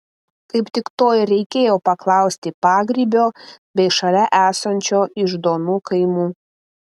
kaip tik to ir reikėjo paklausti pagrybio bei šalia esančio iždonų kaimų